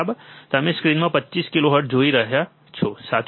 તમે સ્ક્રીનમાં 25 કિલોહર્ટ્ઝ જોઈ શકો છો સાચું